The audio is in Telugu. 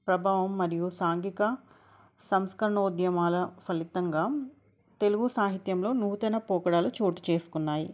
ప్రభావం మరియు సాంఘిక సంస్కణోద్యమాల ఫలితంగా తెలుగు సాహిత్యంలో నూతెన పోకడాలు చోటు చేసుకున్నాయి